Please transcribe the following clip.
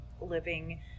living